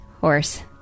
horse